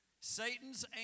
Satan's